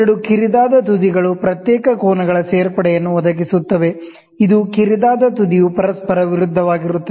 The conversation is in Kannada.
ಎರಡು ಕಿರಿದಾದ ತುದಿಗಳು ಪ್ರತ್ಯೇಕ ಕೋನಗಳ ಎಡ್ಡಿಷನ್ ನ್ನು ಒದಗಿಸುತ್ತವೆ ಇದು ಕಿರಿದಾದ ತುದಿಯು ಪರಸ್ಪರ ವಿರುದ್ಧವಾಗಿರುತ್ತದೆ